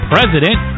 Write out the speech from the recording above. President